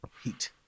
Heat